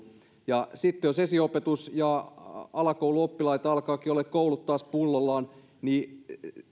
ja sitten jos esiopetus ja alakouluoppilaita alkaakin olla koulut taas pullollaan niin